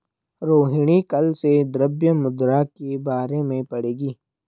रोहिणी कल से द्रव्य मुद्रा के बारे में पढ़ेगी